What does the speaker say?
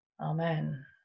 Amen